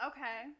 Okay